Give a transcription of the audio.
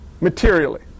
materially